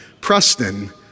Preston